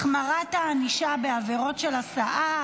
החמרת הענישה בעבירות של הסעה,